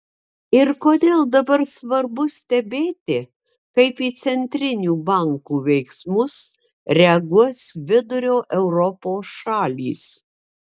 ir kodėl dabar svarbu stebėti kaip į centrinių bankų veiksmus reaguos vidurio europos šalys